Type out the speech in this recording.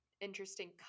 interesting